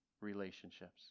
relationships